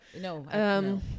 No